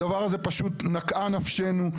הדבר הזה פשוט, נקעה נפשנו.